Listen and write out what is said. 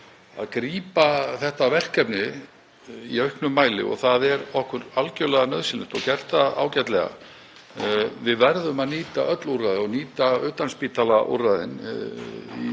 að grípa þetta verkefni í auknum mæli og það er okkur algjörlega nauðsynlegt. Þau hafa gert það ágætlega. Við verðum að nýta öll úrræði og nýta utanspítalaúrræðin,